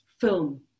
film